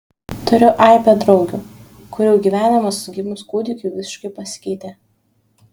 turiu aibę draugių kurių gyvenimas gimus kūdikiui visiškai pasikeitė